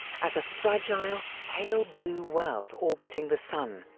as a fragile, pale blue world orbiting the sun,